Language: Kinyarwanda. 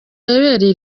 yabereye